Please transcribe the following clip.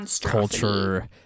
culture